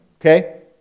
Okay